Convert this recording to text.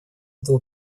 этого